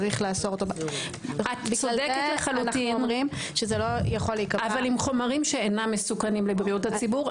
לאסור אותו- -- אבל עם חומרים שאינם מסוכנים לבריאות הציבור,